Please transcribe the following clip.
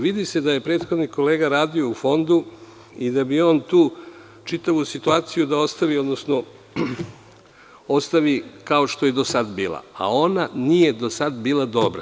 Vidi se da je prethodni kolega radio u Fondu i da bi on tu čitavu situaciju da ostavi kao što je do sada bilo, a onda nije do sada bila dobra.